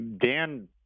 Dan